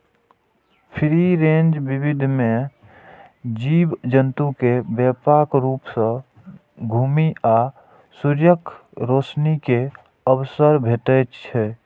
free range विधि मे जीव जंतु कें व्यापक रूप सं घुमै आ सूर्यक रोशनी के अवसर भेटै छै